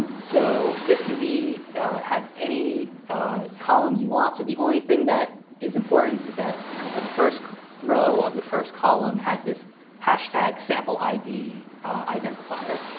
so this can have any column you want. so the only thing that is important is that the first row of the first column has this hashtag sample id identifier.